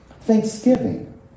Thanksgiving